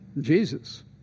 Jesus